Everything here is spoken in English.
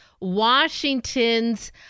Washington's